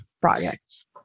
projects